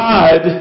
God